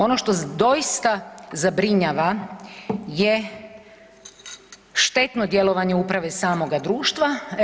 Ono što doista zabrinjava je štetno djelovanje uprave samoga društva.